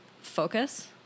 focus